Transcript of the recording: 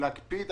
להקפיא את